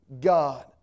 God